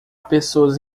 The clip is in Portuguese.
pessoa